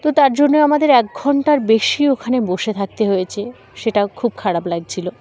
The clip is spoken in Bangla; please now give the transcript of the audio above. তো তার জন্য আমাদের এক ঘণ্টার বেশি ওখানে বসে থাকতে হয়েছে সেটাও খুব খারাপ লাগছিল